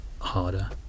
harder